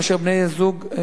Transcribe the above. כאשר בני-זוג,